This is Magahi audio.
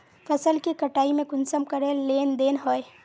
फसल के कटाई में कुंसम करे लेन देन होए?